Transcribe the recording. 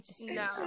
No